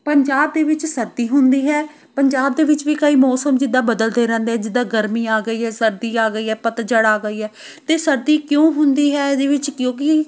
ਪੰਜਾਬ ਦੇ ਵਿੱਚ ਸਰਦੀ ਹੁੰਦੀ ਹੈ ਪੰਜਾਬ ਦੇ ਵਿੱਚ ਵੀ ਕਈ ਮੌਸਮ ਜਿੱਦਾਂ ਬਦਲਦੇ ਰਹਿੰਦੇ ਆ ਜਿੱਦਾਂ ਗਰਮੀ ਆ ਗਈ ਆ ਸਰਦੀ ਆ ਗਈ ਆ ਪੱਤਝੜ ਆ ਗਈ ਆ ਅਤੇ ਸਰਦੀ ਕਿਉਂ ਹੁੰਦੀ ਹੈ ਇਹਦੇ ਵਿੱਚ ਕਿਉਂਕਿ